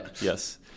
Yes